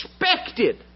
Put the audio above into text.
expected